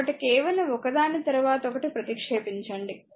కాబట్టి కేవలం ఒకదాని తరువాత ఒకటి ప్రతిక్షేపించండి